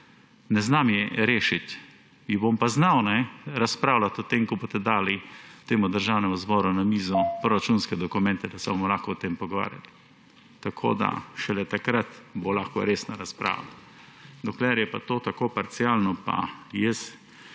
ne znam rešiti. Bom pa znal razpravljati o tem, ko boste dali temu državnemu zboru na mizo proračunske dokumente, da se bomo lahko o tem pogovarjali. Šele takrat bo lahko resna razprava, dokler je to tako parcialno, pa jaz